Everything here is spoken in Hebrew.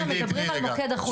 אז מ-2019 מדברים על מוקד אחוד,